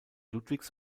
ludwigs